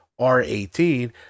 R18